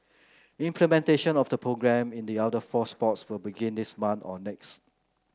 implementation of the programme in the other four sports will begin this month or next